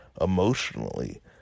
emotionally